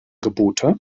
gebote